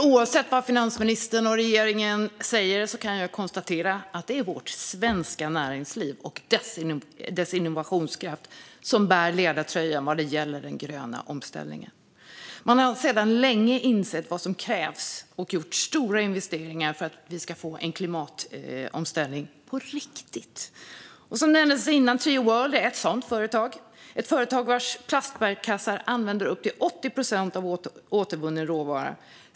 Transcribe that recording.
Oavsett vad finansministern och regeringen säger kan jag nämligen konstatera att det är vårt svenska näringsliv och dess innovationskraft som bär ledartröjan vad gäller den gröna omställningen. Man har sedan länge insett vad som krävs och gjort stora investeringar för att vi ska få en klimatomställning på riktigt. Trioworld, som nämndes innan, är ett sådant företag. Deras plastbärkassar består av 80 procent återvunnen råvara.